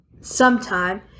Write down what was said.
sometime